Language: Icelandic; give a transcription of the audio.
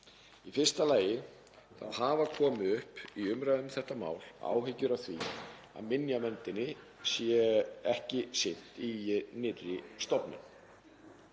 Í fyrsta lagi hafa komið upp í umræðum um þetta mál áhyggjur af því að minjaverndinni sé ekki sinnt í nýrri stofnun.